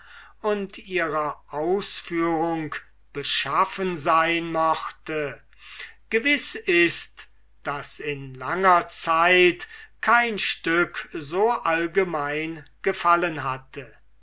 und ihrer ausführung beschaffen sein mochte gewiß ist daß in langer zeit kein stück so allgemein gefallen hatte